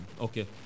Okay